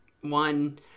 One